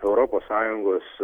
europos sąjungos